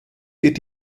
wird